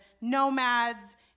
nomads